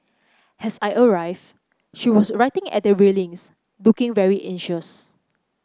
as I arrive she was writing at the railings looking very anxious